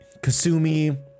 kasumi